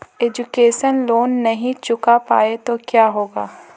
Education loan नहीं चुका पाए तो क्या होगा?